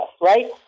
right